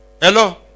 hello